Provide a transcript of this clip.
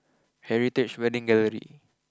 Heritage Wedding Gallery